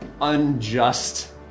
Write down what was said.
unjust